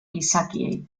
gizakiei